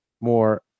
more